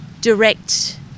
direct